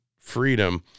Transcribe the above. freedom